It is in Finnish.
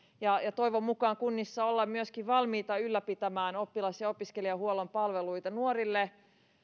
toivon mukaan kunnissa ollaan myöskin valmiita ylläpitämään oppilas ja opiskelijahuollon palveluita nuorille niitä